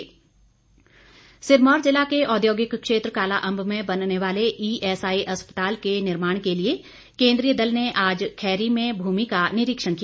निरीक्षण सिरमौर जिला के औद्योगिक क्षेत्र कालाअंब में बनने वाले ईएसआई अस्पताल के निर्माण के लिए केन्द्रीय दल ने आज खैरी में भूमि का निरीक्षण किया